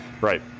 Right